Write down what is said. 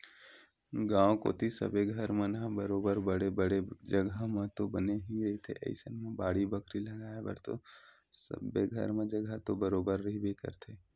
गाँव कोती सबे घर मन ह बरोबर बड़े बड़े जघा म तो बने ही रहिथे अइसन म बाड़ी बखरी लगाय बर तो सबे घर म जघा तो बरोबर रहिबे करथे